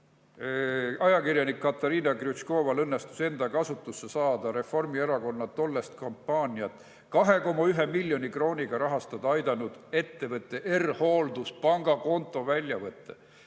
Ajakirjanik Katariina Krjutškoval õnnestus enda kasutusse saada Reformierakonna tollast kampaaniat 2,1 miljoni krooniga rahastada aidanud ettevõtte R-Hooldus pangakonto väljavõte.